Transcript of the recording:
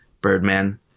Birdman